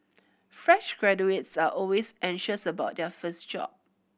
fresh graduates are always anxious about their first job